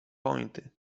pointy